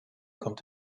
kommt